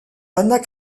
anna